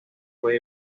fue